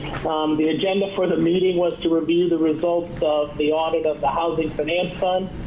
um the agenda for the meeting was to review the results of the audit of the housing finance fund.